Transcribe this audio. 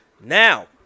Now